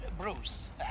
Bruce